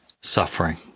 suffering